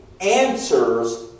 answers